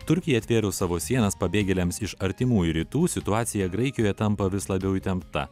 turkijai atvėrus savo sienas pabėgėliams iš artimųjų rytų situacija graikijoje tampa vis labiau įtempta